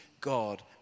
God